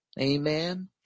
Amen